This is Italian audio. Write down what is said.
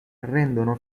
rendono